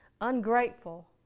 ungrateful